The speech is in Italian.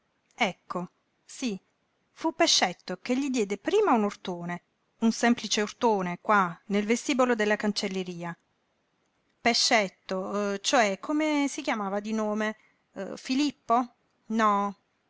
ecco sí fu pescetto che gli diede prima un urtone un semplice urtone qua nel vestibolo della cancelleria pescetto cioè come si chiamava di nome filippo no